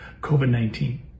COVID-19